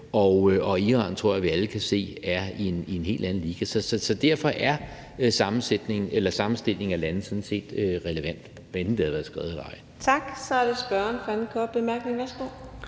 og Iran tror jeg vi alle kan se er i en helt anden liga. Så derfor er sammenstillingen af lande sådan set relevant, hvad enten det har været skrevet eller ej. Kl. 17:54 Fjerde næstformand (Karina